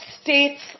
states